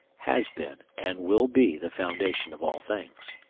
has been, and will be the foundation of all things.